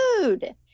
food